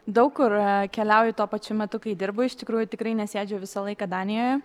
daug kur keliauju tuo pačiu metu kai dirbu iš tikrųjų tikrai nesėdžiu visą laiką danijoje